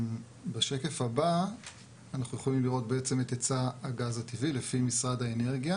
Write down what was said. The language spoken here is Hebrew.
בשקף הבא אנחנו יכולים לראות את היצע הגז הטבעי לפי משרד האנרגיה.